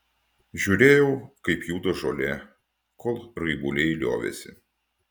žiūrėjau kaip juda žolė kol raibuliai liovėsi